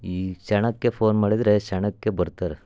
ಈ ಕ್ಷಣಕ್ಕೆ ಫೋನ್ ಮಾಡಿದರೆ ಕ್ಷಣಕ್ಕೆ ಬರ್ತಾರೆ